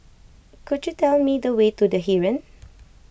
could you tell me the way to the Heeren